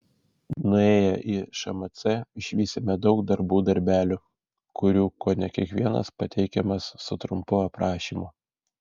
nuėję į šmc išvysime daug darbų darbelių kurių kone kiekvienas pateikiamas su trumpu aprašymu